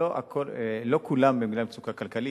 לא כולם בגלל מצוקה כלכלית.